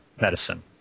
medicine